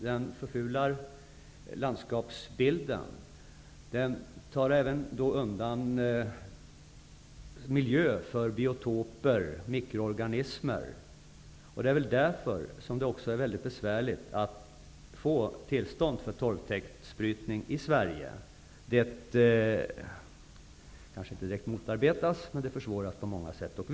Den förfular landskapsbilden och skadar miljön för biotoper och mikroorganismer. Det är därför också väldigt besvärligt att få tillstånd till torvtäktsbrytning i Sverige. Det kanske inte direkt motarbetas, men det försvåras på många sätt.